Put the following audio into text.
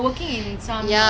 right right